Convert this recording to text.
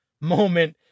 moment